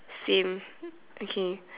same okay